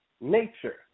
nature